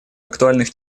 актуальных